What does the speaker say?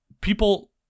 people